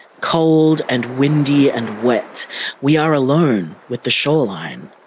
cold and windy and wet we are alone with the shoreline.